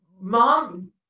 mom